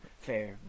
fair